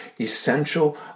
essential